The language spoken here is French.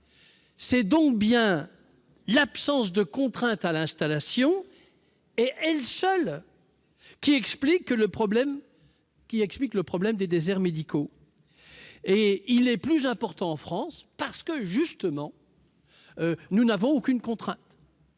C'est donc bien l'absence de contrainte à l'installation, et elle seule, qui explique le problème des déserts médicaux. Si ce problème est plus important en France, c'est justement parce que nous n'avons aucune contrainte.